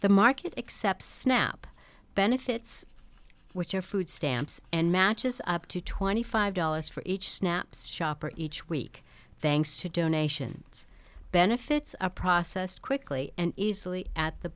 the market except snap benefits which are food stamps and matches up to twenty five dollars for each snaps shopper each week thanks to donations benefits are processed quickly and easily at the